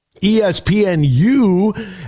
espnu